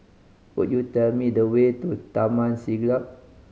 could you tell me the way to Taman Siglap